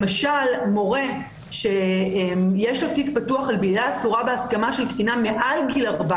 למשל מורה שיש לו תיק פתוח על בעילה אסורה בהסכמה של קטינה מעל גיל 14,